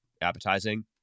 appetizing